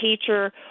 teacher